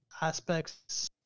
aspects